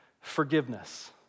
Forgiveness